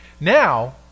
Now